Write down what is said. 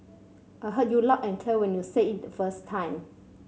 I heard you loud and clear when you said it the first time